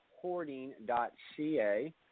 hoarding.ca